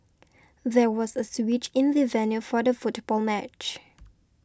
there was a switch in the venue for the football match